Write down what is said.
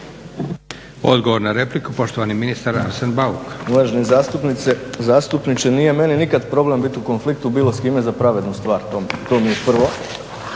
Odgovor na repliku poštovani ministar Arsen Bauk.